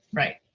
right,